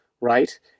right